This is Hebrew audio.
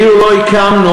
אילו לא הקים,